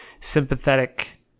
sympathetic